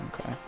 Okay